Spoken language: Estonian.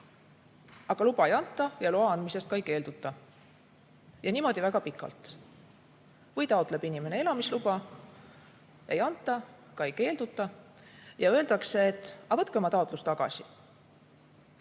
Aga luba ei anta, sellest ka ei keelduta. Ja niimoodi väga kaua. Või taotleb inimene elamisluba, ei anta, ka ei keelduta, ja öeldakse, et võtke oma taotlus tagasi.